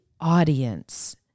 audience